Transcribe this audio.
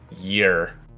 year